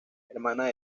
hermana